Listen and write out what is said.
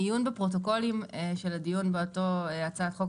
מעיון בפרוטוקולים של הדיון באותה הצעת חוק,